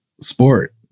sport